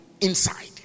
inside